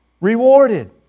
rewarded